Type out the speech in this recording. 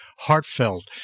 heartfelt